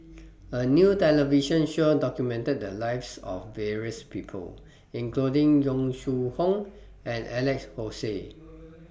A New television Show documented The Lives of various People including Yong Shu Hoong and Alex Josey